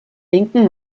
linken